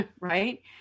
right